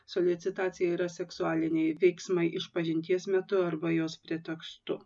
suliucitacija yra seksualiniai veiksmai išpažinties metu arba jos pretekstu